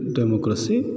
democracy